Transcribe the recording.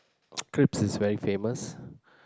crepes is very famous